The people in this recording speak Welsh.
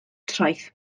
traeth